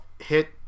hit